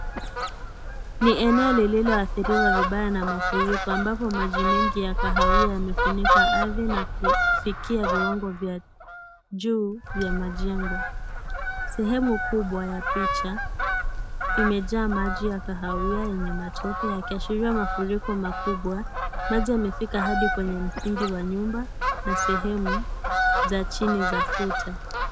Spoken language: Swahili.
Ni eneo lililo athiriwa vibaya na mafuriko ambapo maji mengi ya kahawia yamefunika ardhi na kufikia viwango vya juu vya majengo. Sehemu kubwa ya picha imejaa maji ya kahawia yenye matope yakiashiria mafuriko makubwa. Maji yamefika hadi kwenye misingi ya nyumba na sehemu za chini za kuta.